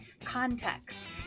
context